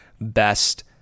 best